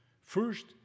First